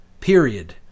period